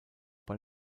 bei